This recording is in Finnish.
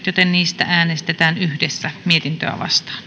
joten niistä äänestetään yhdessä mietintöä vastaan